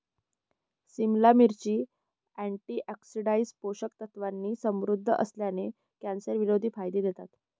सिमला मिरची, अँटीऑक्सिडंट्स, पोषक तत्वांनी समृद्ध असल्याने, कॅन्सरविरोधी फायदे देतात